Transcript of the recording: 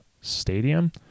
stadium